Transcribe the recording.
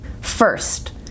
First